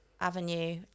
avenue